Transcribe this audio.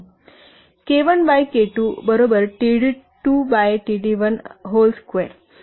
K1K2 td22td12 K1 by K 2 बरोबर td2 by td1 whole square